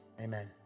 Amen